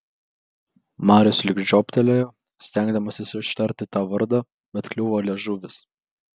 marius lyg žioptelėjo stengdamasis ištarti tą vardą bet kliuvo liežuvis